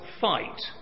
fight